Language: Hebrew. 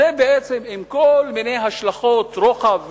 זה עם כל מיני השלכות רוחב,